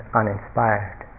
uninspired